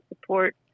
support